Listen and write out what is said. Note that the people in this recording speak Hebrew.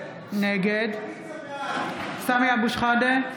נגד סמי אבו שחאדה,